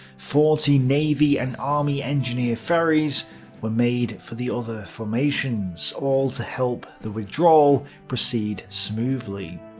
forty navy and army engineer ferries were made for the other formations all to help the withdrawal proceed smoothly.